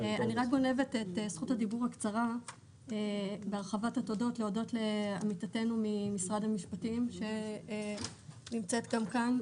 אני רוצה להודות לעמיתתנו ממשרד המשפטים שנמצאת כאן,